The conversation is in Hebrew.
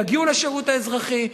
ויגיעו לשירות האזרחי,